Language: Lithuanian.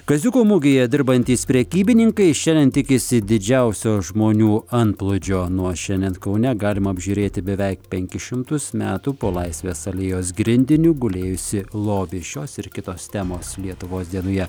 kaziuko mugėje dirbantys prekybininkai šiandien tikisi didžiausio žmonių antplūdžio nuo šiandien kaune galima apžiūrėti beveik penkis šimtus metų po laisvės alėjos grindiniu gulėjusį lobį šios ir kitos temos lietuvos dienoje